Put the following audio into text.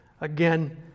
Again